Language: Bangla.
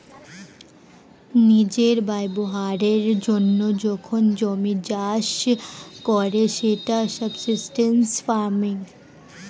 নিজের ব্যবহারের জন্য যখন জমি চাষ করে সেটা সাবসিস্টেন্স ফার্মিং